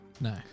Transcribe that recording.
No